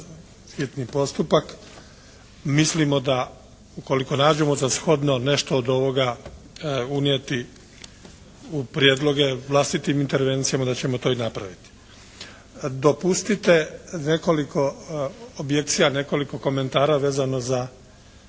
hitni postupak. Mislimo da ukoliko nađemo za shodno nešto od ovoga unijeti u prijedloge vlastitim intervencijama da ćemo to i napraviti. Dopustite nekoliko objekcija, nekoliko komentara vezano za